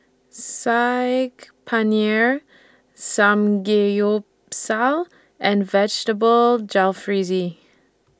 Saag Paneer Samgeyopsal and Vegetable Jalfrezi